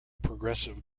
progressive